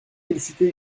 féliciter